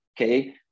okay